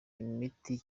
imiti